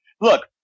look